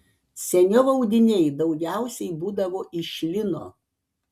seniau audiniai daugiausiai būdavo iš lino